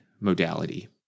modality